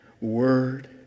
word